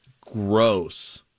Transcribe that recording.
Gross